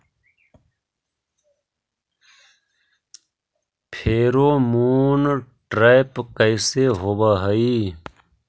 Pheromone trap कैसे होब हई?